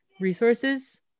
resources